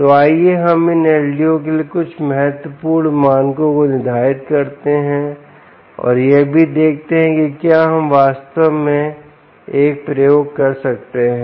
तो आइए हम इन एलडीओ के लिए कुछ महत्वपूर्ण मानकों को निर्धारित करते हैं और यह भी देखते हैं कि क्या हम वास्तव में एक प्रयोग कर सकते हैं